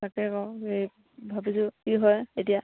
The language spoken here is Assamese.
তাকে কওঁ এই ভাবিছোঁ কি হয় এতিয়া